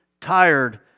tired